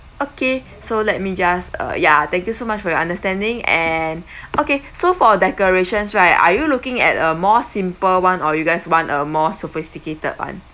okay so let me just uh yeah thank you so much for your understanding and okay so for decorations right are you looking at a more simple one or you guys want a more sophisticated one